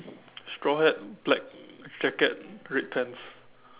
straw hat black jacket red pants